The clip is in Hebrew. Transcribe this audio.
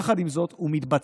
יחד עם זאת, הוא מתבצע.